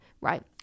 Right